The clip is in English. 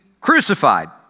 crucified